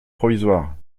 provisoire